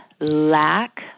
lack